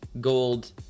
gold